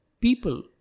people